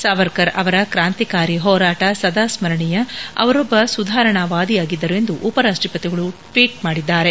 ಸಾವರ್ಕರ್ ಅವರ ಕ್ರಾಂತಿಕಾರಿ ಹೋರಾಟ ಸದಾ ಸ್ಮರಣೀಯ ಅವರೊಬ್ಬ ಸುಧಾರಣಾವಾದಿಯಾಗಿದ್ದರು ಎಂದು ಉಪರಾಷ್ಟಪತಿಗಳು ಟ್ವೀಟ್ ಮಾಡಿದ್ದಾರೆ